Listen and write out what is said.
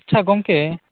ᱟᱪᱪᱷᱟ ᱜᱚᱝᱠᱮ